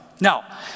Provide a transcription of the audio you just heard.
Now